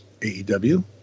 AEW